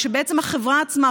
ובעצם החברה עצמה,